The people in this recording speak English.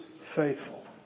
faithful